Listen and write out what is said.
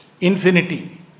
infinity